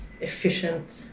efficient